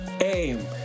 aim